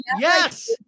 Yes